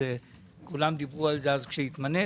כולם דיברו על זה כאשר התמנית,